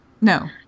No